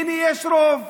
הינה, יש רוב,